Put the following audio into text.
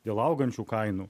dėl augančių kainų